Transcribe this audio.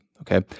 Okay